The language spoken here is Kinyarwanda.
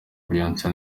beyonce